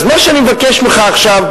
אז מה שאני מבקש ממך עכשיו,